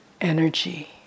energy